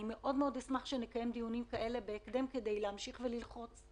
אני מאוד אשמח שנקיים דיונים כאלה בהקדם כדי להמשיך ללחוץ.